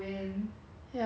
mm I don't know man